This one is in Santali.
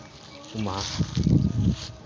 ᱩᱢ ᱢᱟᱦᱟ